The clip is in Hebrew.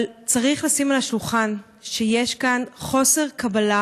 אבל צריך לשים על השולחן את זה שיש כאן חוסר קבלה